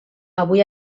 avui